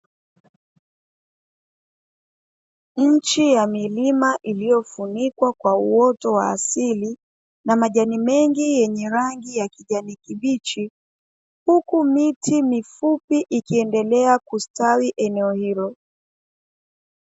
Nchi ya milima iliyofunikwa kwa uoto wa asili na majani mengi yenye rangi ya kijani kibichi, huku miti mifupi ikiendelea kustawi eneo hilo.